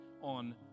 on